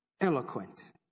eloquent